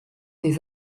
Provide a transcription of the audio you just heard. des